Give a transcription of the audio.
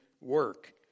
work